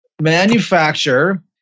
manufacture